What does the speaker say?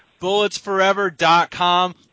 Bulletsforever.com